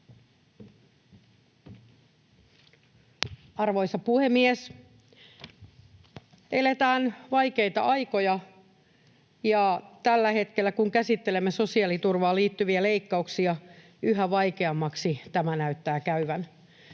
Arvoisa puhemies! Eletään vaikeita aikoja, ja tällä hetkellä, kun käsittelemme sosiaaliturvaan liittyviä leikkauksia, yhä vaikeammaksi tämä näyttää käyvän.